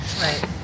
Right